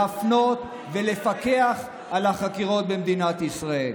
להפנות ולפקח על החקירות במדינת ישראל.